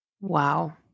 Wow